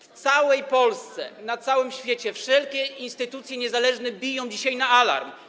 W całej Polsce i na całym świecie wszelkie instytucje niezależne biją dzisiaj na alarm.